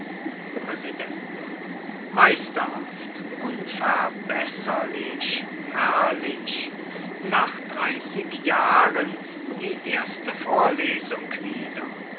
präsident meisterhaft unverbesserlich herrlich nach dreißig jahren die erste vorlesung wieder